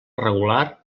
regular